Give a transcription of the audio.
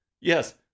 Yes